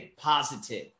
positive